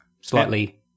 slightly